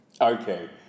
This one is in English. Okay